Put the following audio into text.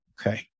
Okay